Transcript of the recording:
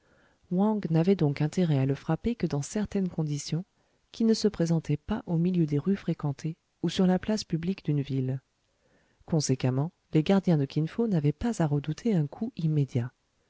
n'avait donc intérêt à le frapper que dans certaines conditions qui ne se présentaient pas au milieu des rues fréquentées ou sur la place publique d'une ville conséquemment les gardiens de kin fo n'avaient pas à redouter un coup immédiat